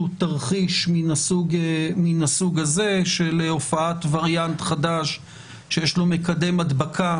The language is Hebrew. תרחיש מן הסוג הזה של הופעת וריאנט חדש שיש לו מקדם הדבקה